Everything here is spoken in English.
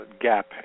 gap